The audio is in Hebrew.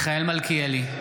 מיכאל מלכיאלי,